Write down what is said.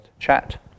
chat